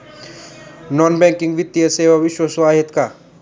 Non banking वित्तीय सेवा विश्वासू आहेत का?